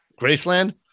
Graceland